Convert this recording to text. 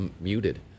muted